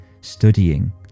studying